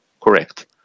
correct